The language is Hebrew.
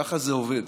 ככה זה עובד.